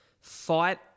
fight